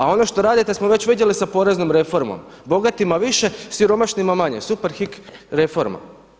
A ono što radite smo već vidjeti sa poreznom reformom, bogatima više, siromašnima manje, „Superhik“ reforma.